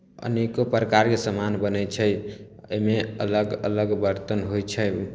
अनेको प्रकारके सामान बनय छै एहिमे अलग अलग बर्तन होइ छै